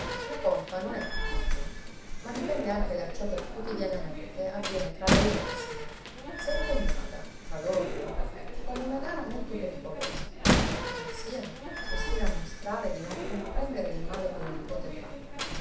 la colpa non è tutta sua ma dipende anche da ciò che quotidianamente avviene tra lei e la zia s'è impegnata tra loro due come una gara molto pericolosa la zia s'ostina a mostrare di non comprendere il male che la nipote fa